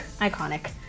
iconic